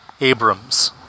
Abrams